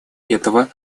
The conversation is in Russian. этого